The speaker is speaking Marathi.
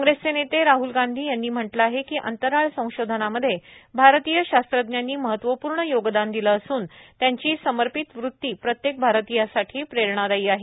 कांग्रेसचे नेते राहल गांधी यांनी म्हटलं आहेए की अंतराळ संशोधनामध्ये भारतीय शास्त्रज्ञांनी महत्वपूर्ण योगदान दिले असूनए त्यांची समर्पित वृत्ती प्रत्येक भारतीयासाठी प्रेरणादायी आहे